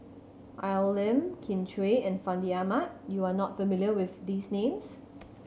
Al Lim Kin Chui and Fandi Ahmad you are not familiar with these names